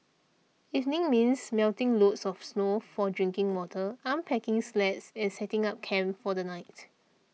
evenings means melting loads of snow for drinking water unpacking sleds and setting up camp for the night